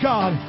God